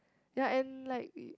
ya and like we